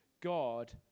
God